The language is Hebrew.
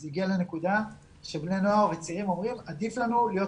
זה הגיע לנקודה שבני נוער וצעירים אומרים שעדיף להם